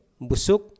Busuk